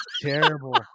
terrible